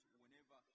whenever